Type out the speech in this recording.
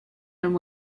and